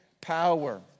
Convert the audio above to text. power